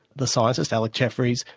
the scientist, alec jeffries,